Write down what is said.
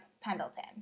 Pendleton